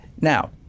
Now